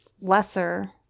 lesser